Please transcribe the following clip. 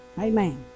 Amen